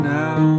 now